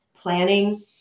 planning